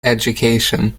education